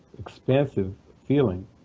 expansive feeling.